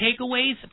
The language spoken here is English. takeaways